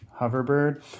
Hoverbird